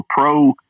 pro